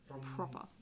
proper